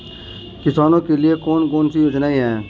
किसानों के लिए कौन कौन सी योजनाएं हैं?